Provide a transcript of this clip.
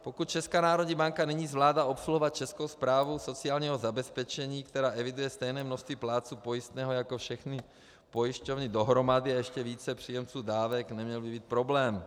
Pokud Česká národní banka nyní zvládá obsluhovat Českou správu sociálního zabezpečení, která eviduje stejné množství plátců pojistného jako všechny pojišťovny dohromady, ještě více příjemců dávek by neměl být problém.